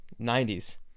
90s